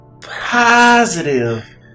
positive